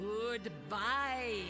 Goodbye